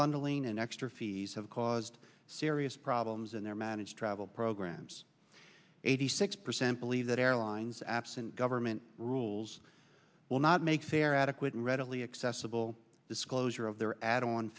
bundling an extra fees have caused serious problems in their managed travel programs eighty six percent believe that airlines absent government rules will not make fair adequate and readily accessible disclosure of their add on